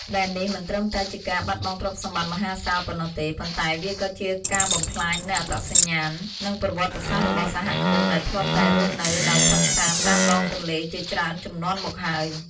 ដែលនេះមិនត្រឹមតែជាការបាត់បង់ទ្រព្យសម្បត្តិមហាសាលប៉ុណ្ណោះទេ ប៉ុន្តែវាក៏ជាការបំផ្លាញនូវអត្តសញ្ញាណ និងប្រវត្តិសាស្ត្ររបស់សហគមន៍ដែលធ្លាប់តែរស់នៅដោយសុខសាន្តតាមដងទន្លេជាច្រើនជំនាន់មកហើយ។